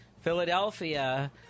Philadelphia